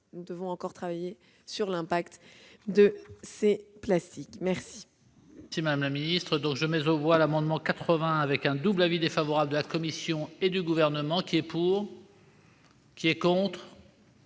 nous devons encore travailler sur l'impact de ces plastiques.